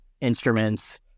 instruments